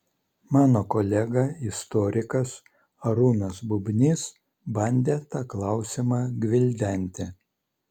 mano kolega istorikas arūnas bubnys bandė tą klausimą gvildenti